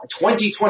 2020